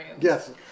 Yes